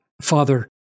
father